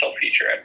future